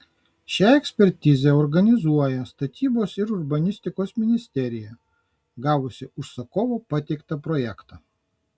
šią ekspertizę organizuoja statybos ir urbanistikos ministerija gavusi užsakovo pateiktą projektą